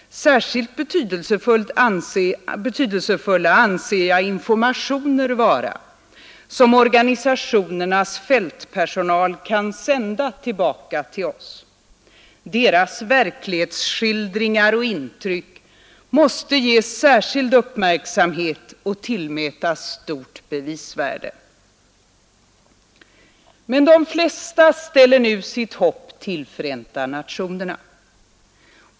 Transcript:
Särskilt betydelsefulla anser jag informationer vara som organisationernas fältpersonal kan sända tillbaka till oss. Deras verklighetsskildringar och intryck måste ges särskild uppmärksamhet och tillmätas stort bevisvärde. Men de flesta ställer nu sitt hopp till Förenta nationerna.